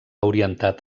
orientat